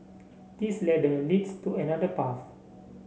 this ladder leads to another path